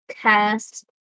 Cast